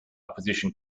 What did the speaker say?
opposition